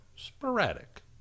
sporadic